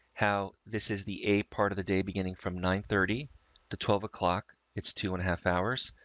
how this is the a part of the day, beginning from nine thirty to twelve, o'clock it's two and a half hours,